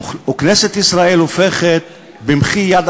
וכנסת ישראל הופכת במחי יד